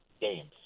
games